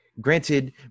granted